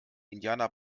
indianer